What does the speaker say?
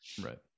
Right